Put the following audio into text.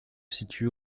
situe